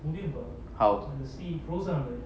how